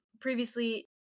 Previously